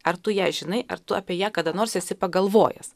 ar tu ją žinai ar tu apie ją kada nors esi pagalvojęs